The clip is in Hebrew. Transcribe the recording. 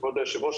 כבוד היושב ראש,